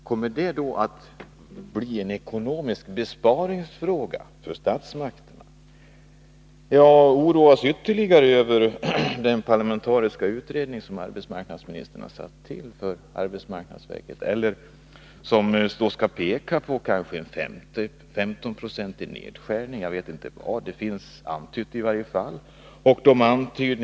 Kommer det att innebära en ekonomisk besparing för statsmakterna? Jag oroas ytterligare över den parlamentariska utredning som arbetsmarknadsministern har tillsatt för arbetsmarknadsverket och som kanske skall förorda en 15-procentig nedskärning —det finns i varje fall antytt.